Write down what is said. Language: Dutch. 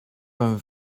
een